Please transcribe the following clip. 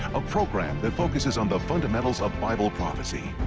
a program that focuses on the fundamentals of bible prophecy,